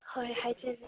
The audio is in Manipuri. ꯍꯣꯏ ꯍꯥꯏꯖꯒꯦ